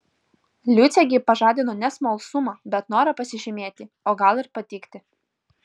liucė gi pažadino ne smalsumą bet norą pasižymėti o gal ir patikti